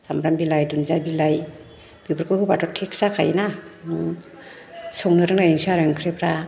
सामब्राम बिलाइ दुनदिया बिलाइ बेफोरखौ होबाथ' टेक्स जाखायोना संनो रोंनायजोंसो आरो ओंख्रिफ्रा